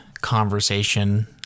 conversation